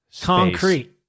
Concrete